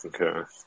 Okay